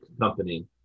company